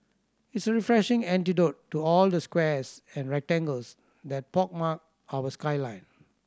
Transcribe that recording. it is a refreshing antidote to all the squares and rectangles that pockmark our skyline